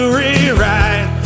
rewrite